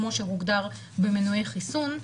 כמו שהוגדר במנועי חיסון,